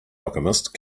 alchemist